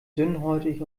dünnhäutig